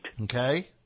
Okay